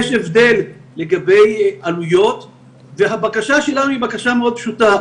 יש הבדל לגבי עלויות והבקשה שלנו היא בקשה מאוד פשוטה,